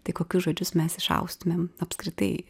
tai kokius žodžius mes išaustumėm apskritai